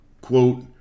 quote